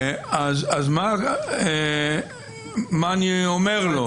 מה אני אומר לו?